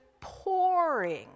pouring